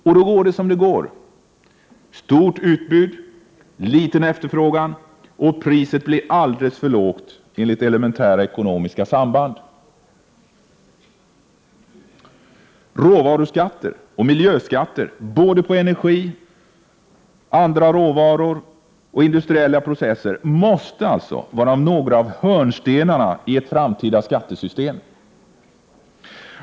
Och då går det som det går — stort utbud och liten efterfrågan. Och priset blir alldeles för lågt enligt elementära ekonomiska samband. Råvaruskatter och miljöskatter på energi, andra råvaror och industriella processer måste alltså vara några av hörnstenarna i ett framtida skattesystem.